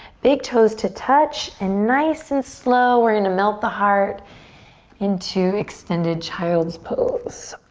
big toes to touch and nice and slow we're gonna melt the heart into extended child's pose.